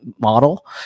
model